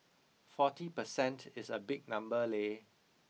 forty per cent is a big number leh